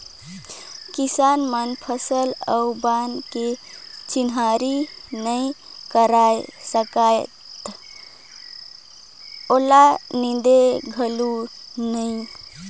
किसान मन फसल अउ बन के चिन्हारी नई कयर सकय त ओला नींदे घलो नई